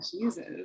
Jesus